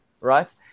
right